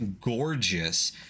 gorgeous